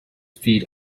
feed